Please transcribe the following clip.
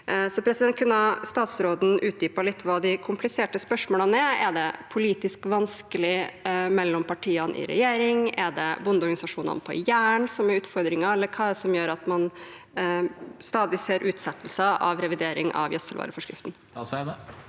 ressurs. Så kunne statsråden utdypet litt hva de kompliserte spørsmålene er? Er det politisk vanskelig mellom partiene i regjering? Er det bondeorganisasjonene på Jæren som er utfordringen, eller hva er det som gjør at man stadig ser utsettelser av revidering av gjødselvareforskriften?